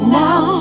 now